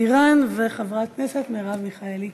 חברת הכנסת בירן וחברת הכנסת מרב מיכאלי.